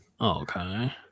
Okay